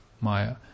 Maya